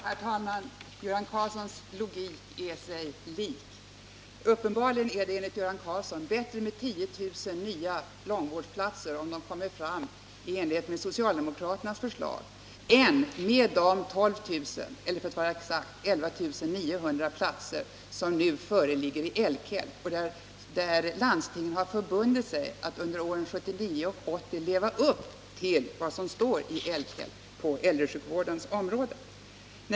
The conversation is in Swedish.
Herr talman! Göran Karlssons logik är sig lik. Uppenbarligen är det enligt Göran Karlsson bättre med 10 000 nya långvårdsplatser, om de kommer fram i enlighet med socialdemokraternas förslag, än med de 12 000 — eller, för att vara exakt, 11 900 platser — som nu föreligger i L-KELP. Landstingen har förbundit sig att under åren 1979 och 1980 leva upp till vad som står i L-KELP på äldresjukvårdens område.